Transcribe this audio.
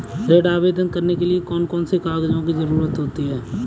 ऋण आवेदन करने के लिए कौन कौन से कागजों की जरूरत होती है?